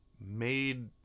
made